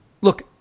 look